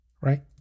Right